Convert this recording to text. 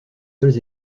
seuls